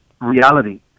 reality